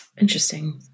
Interesting